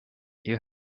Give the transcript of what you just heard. you